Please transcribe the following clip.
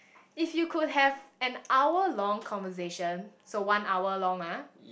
if you could have an hour long conversation so one hour long ah